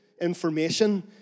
information